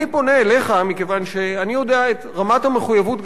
אני פונה אליך מכיוון שאני יודע את רמת המחויבות,